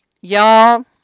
Y'all